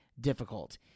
difficult